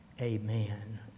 amen